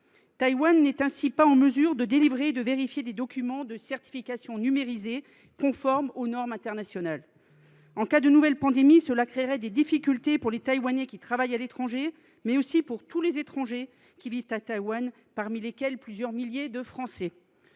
Taïwan n’est ainsi pas en mesure de délivrer et de vérifier des documents de certification numérisée conformes aux normes internationales. En cas de nouvelle pandémie, cela créerait des difficultés pour les Taïwanais travaillant à l’étranger, mais aussi pour tous les étrangers vivant à Taïwan, dont plusieurs milliers de Français.